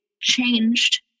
changed